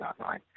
online